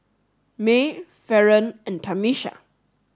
Maye Faron and Tamisha